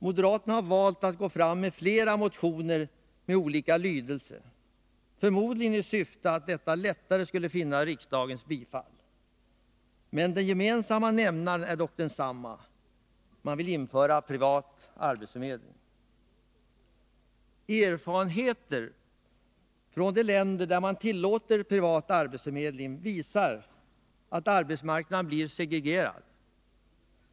Moderaterna har valt att gå fram med flera motioner med olika lydelse — förmodligen i syfte att de lättare skulle vinna riksdagens bifall. Den gemensamma nämnaren är dock densamma, man vill införa privat arbetsförmedling. Erfarenheter från de länder där man tillåter privata arbetsförmedlingar visar att arbetsmarknaden blir segregerad.